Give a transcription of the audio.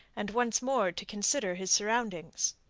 and once more to consider his surroundings.